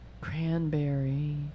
Cranberry